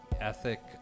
ethic